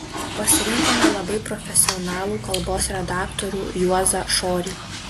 pasirinkome labai profesionalų kalbos redaktorių juozą šorį